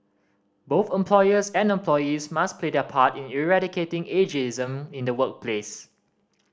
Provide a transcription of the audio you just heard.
both employers and employees must play their part in eradicating ageism in the workplace